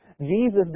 Jesus